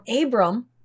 Abram